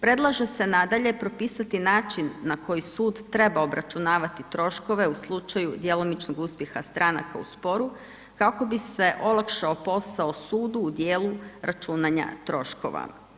Predlaže se nadalje propisati način na koji sud treba obračunavati troškove u slučaju djelomičnog uspjeha stranaka u sporu, kako bi se olakšao posao sudu u dijelu računanja troškova.